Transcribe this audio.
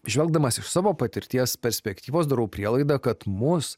žvelgdamas iš savo patirties perspektyvos darau prielaidą kad mus